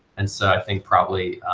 and so i think probably